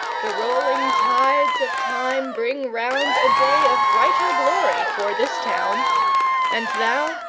the rolling tides of time bring round a day of brighter glory for this town and thou,